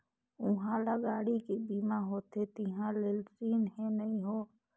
उहां ल गाड़ी के बीमा होथे तिहां ले रिन हें नई हों